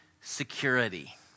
Security